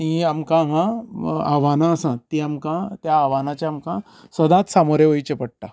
ती आमकां हांगा आव्हानां आसात ती आमकां त्या आव्हानाचे आमकां सदांच सामोरे वयचे पडटा